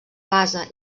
base